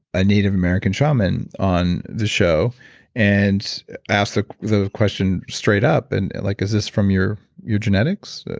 a native american shaman on the show and asked the the question straight up, and like is this from your your genetics?